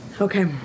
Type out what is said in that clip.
Okay